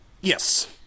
Yes